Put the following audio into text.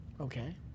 Okay